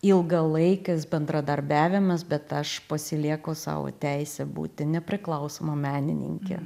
ilgalaikis bendradarbiavimas bet aš pasilieku sau teisę būti nepriklausoma menininke